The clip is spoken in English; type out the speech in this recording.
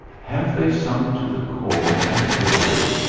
have they sunk to the core and killed it?